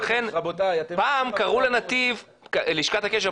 פעם קראו לנתיב לשכת הקשר,